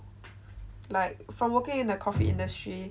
like from working in the coffee industry